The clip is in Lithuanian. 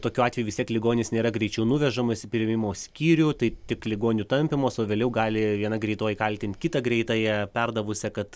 tokiu atveju vis tiek ligonis nėra greičiau nuvežamas į priėmimo skyrių tai tik ligonių tampymas o vėliau gali viena greitoji kaltint kitą greitąją perdavusią kad